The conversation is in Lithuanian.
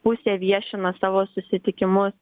pusė viešina savo susitikimus